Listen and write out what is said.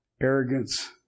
arrogance